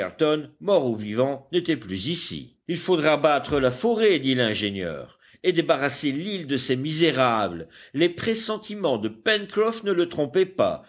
mort ou vivant n'était plus ici il faudra battre la forêt dit l'ingénieur et débarrasser l'île de ces misérables les pressentiments de pencroff ne le trompaient pas